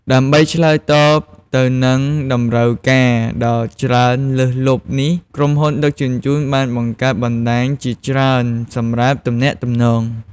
ដើម្បីឆ្លើយតបទៅនឹងតម្រូវការដ៏ច្រើនលើសលប់នេះ ក្រុមហ៊ុនដឹកជញ្ជូនបានបង្កើតបណ្តាញជាច្រើនសម្រាប់ទំនាក់ទំនង។